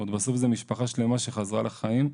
זאת אומרת, בסוף זו משפחה שלמה שחזרה לחיים,